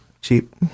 cheap